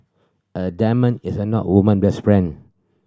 a diamond is a not woman best friend